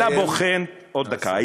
עוד דקה.